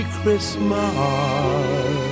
Christmas